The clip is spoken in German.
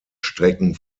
strecken